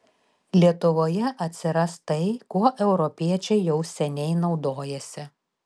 lietuvoje atsiras tai kuo europiečiai jau seniai naudojasi